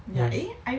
mm